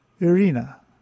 Irina